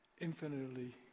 infinitely